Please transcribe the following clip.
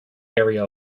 area